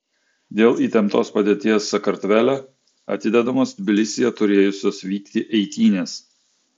dėl įtemptos padėties sakartvele atidedamos tbilisyje turėjusios vykti eitynės